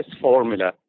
formula